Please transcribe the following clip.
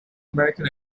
american